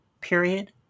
period